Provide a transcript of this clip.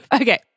okay